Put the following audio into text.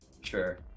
Sure